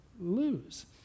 lose